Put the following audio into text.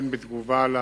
בתגובה על